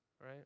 right